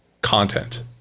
content